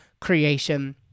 creation